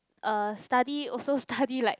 uh study also study like